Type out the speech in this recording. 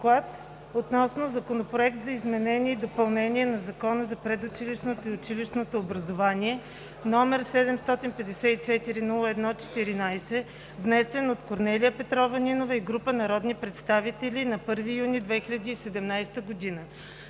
Законопроекта за изменение и допълнение на Закона за предучилищното и училищното образование, № 754-01-14, внесен от Корнелия Петрова Нинова и група народни представители на 1 юни 2017 г.“